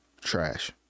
trash